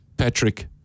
Patrick